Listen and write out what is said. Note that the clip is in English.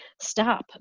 Stop